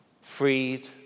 freed